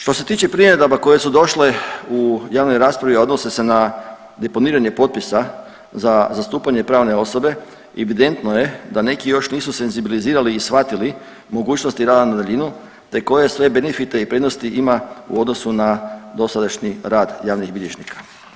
Što se tiče primjedaba koje su došle u javnoj raspravi, a odnose se na deponiranje potpisa za zastupanje pravne osobe, evidentno je da neki još nisu senzibilizirali i shvatili mogućnosti rada na daljinu je koje sve benefite i prednosti ima u odnosu na dosadašnji rad javnih bilježnika.